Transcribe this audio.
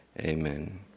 Amen